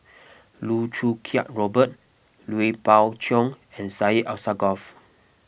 Loh Choo Kiat Robert Lui Pao Chuen and Syed Alsagoff